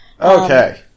Okay